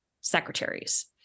secretaries